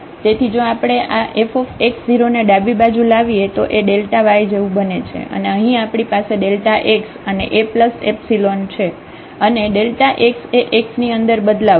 તેથી જો આપણે આ f ને ડાબી બાજુ લાવીએ તો તે y જેવું બને છે અને અહીં આપણી પાસે x અને Aϵ છે અને x એ x ની અંદર બદલાવ છે